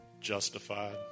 justified